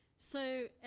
so,